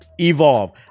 evolve